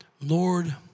Lord